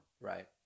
Right